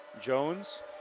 Jones